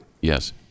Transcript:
Yes